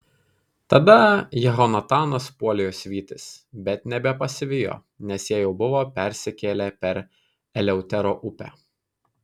tada jehonatanas puolė juos vytis bet nebepasivijo nes jie jau buvo persikėlę per eleutero upę